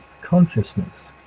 consciousness